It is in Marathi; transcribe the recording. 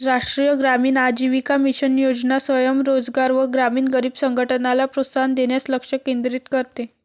राष्ट्रीय ग्रामीण आजीविका मिशन योजना स्वयं रोजगार व ग्रामीण गरीब संघटनला प्रोत्साहन देण्यास लक्ष केंद्रित करते